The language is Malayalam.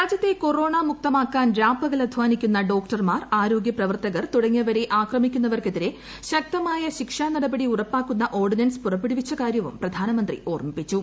രാജ്യത്തെ കൊറോണ മുക്തമാക്കാൻ രാപകൽ അധ്വാനിക്കുന്ന ഡോക്ടർമാർ ആരോഗ്യപ്രവർത്തകർ തുടങ്ങിയവരെ അക്രമിക്കുന്നവർക്കെതിരെ ശക്തമായ ശിക്ഷാ നടപടി ഉറപ്പാക്കുന്ന ഓർഡിൻസ് പുറപ്പെടുവിച്ച കാര്യവും പ്രധാനമന്ത്രി ഓർമ്മിപ്പിച്ചു